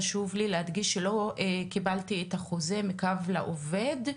חשוב לי להדגיש שלא קיבלתי את החוזה מקו לעובד,